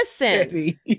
Listen